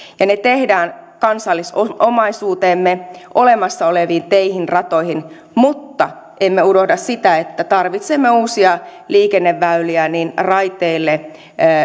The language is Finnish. ja ne tehdään kansallisomaisuuteemme olemassa oleviin teihin ratoihin mutta emme unohda sitä että tarvitsemme uusia liikenneväyliä niin raiteille